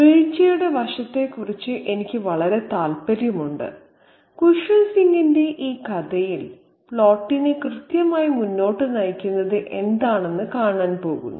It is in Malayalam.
വീഴ്ചയുടെ വശത്തെക്കുറിച്ച് എനിക്ക് വളരെ താൽപ്പര്യമുണ്ട് ഖുസ്വന്ത് സിംഗിന്റെ ഈ കഥയിൽ പ്ലോട്ടിനെ കൃത്യമായി മുന്നോട്ട് നയിക്കുന്നത് എന്താണെന്ന് കാണാൻ പോകുന്നു